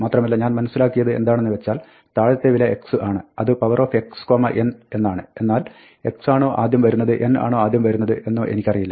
മാത്രമല്ല ഞാൻ മനസ്സിലാക്കിയത് എന്താണെന്ന് വെച്ചാൽ താഴത്തെ വില x ആണ് അത് powerxn എന്നാണ് എന്നാൽ x ആണോ ആദ്യം വരുന്നത് n ആണോ ആദ്യം വരുന്നത് എന്നോ എനിക്കറിയില്ല